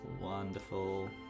wonderful